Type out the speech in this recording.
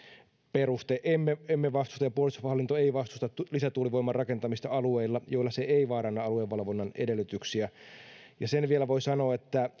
peruste emme emme vastusta ja puolustushallinto ei vastusta lisätuulivoiman rakentamista alueilla joilla se ei vaaranna aluevalvonnan edellytyksiä ja sen vielä voi sanoa että